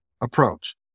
approach